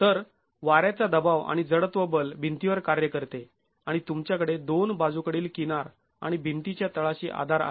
तर वाऱ्याचा दबाव किंवा जडत्व बल भिंतीवर कार्य करते आणि तुमच्याकडे दोन बाजूकडील किनार आणि भिंतीच्या तळाशी आधार आहे